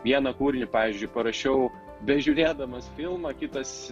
vieną kūrinį pavyzdžiui parašiau bežiūrėdamas filmą kitas